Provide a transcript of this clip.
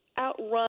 outrun